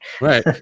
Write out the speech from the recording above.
right